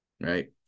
right